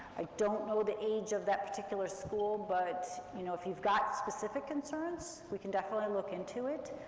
i don't know the age of that particular school, but, you know, if you've got specific concerns, we can definitely look into it.